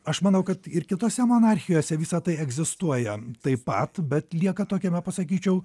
aš manau kad ir kitose monarchijose visa tai egzistuoja taip pat bet lieka tokiame pasakyčiau